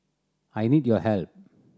I need your help